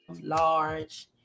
large